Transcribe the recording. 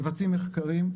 מבצעים מחקרים.